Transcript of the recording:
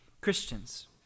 christians